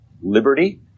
Liberty